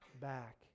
back